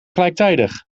gelijktijdig